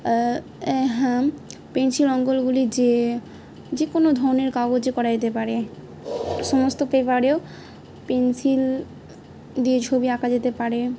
হ্যাঁ পেনসিল অঙ্গলগুলি যে যে কোনো ধরনের কাগজে করা যেতে পারে সমস্ত পেপারেও পেনসিল দিয়ে ছবি আঁকা যেতে পারে